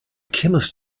chemist